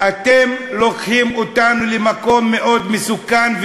אתם לוקחים אותנו למקום מאוד מסוכן,